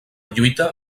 lluita